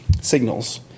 signals